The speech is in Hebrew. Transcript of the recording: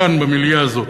כאן במליאה הזאת,